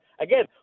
again